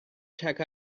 check